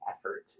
effort